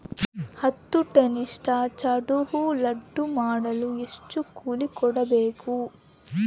ಹತ್ತು ಟನ್ನಷ್ಟು ಚೆಂಡುಹೂ ಲೋಡ್ ಮಾಡಲು ಎಷ್ಟು ಕೂಲಿ ಕೊಡಬೇಕು?